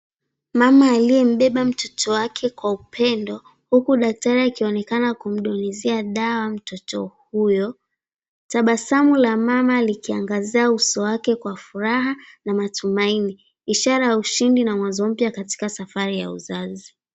Mama aliyembeba mtoto wake kwa upendo huku daktari akionekana kumdolisia dawa mtoto huyo. Tabasamu la mama likiangazia uso wake kwa furaha na matumaini ishara ya ushindi na mwanzo mpya katika safari ya uzazi.